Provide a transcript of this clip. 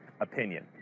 opinion